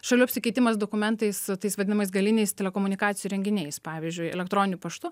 šalių apsikeitimas dokumentais tais vadinamais galiniais telekomunikacijų įrenginiais pavyzdžiui elektroniniu paštu